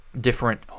different